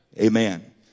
Amen